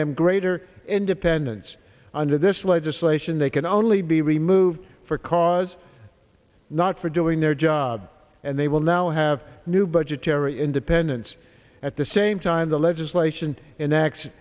them greater independence under this legislation they can only be removed for cause not for doing their job and they will now have new budgetary independence at the same time the legislation in act